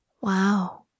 Wow